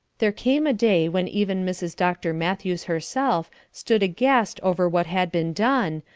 there came a day when even mrs. dr. matthews herself stood aghast over what had been done,